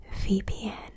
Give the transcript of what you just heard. VPN